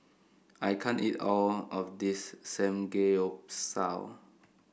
I can't eat all of this Samgeyopsal